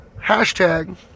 hashtag